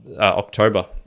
October